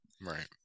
Right